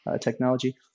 technology